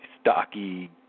stocky